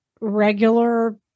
regular